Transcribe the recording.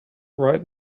right